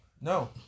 No